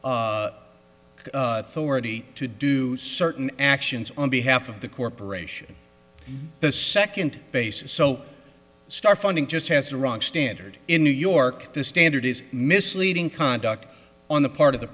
forty to do certain actions on behalf of the corporation the second basis so start funding just has a wrong standard in new york the standard is misleading conduct on the part of the